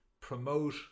promote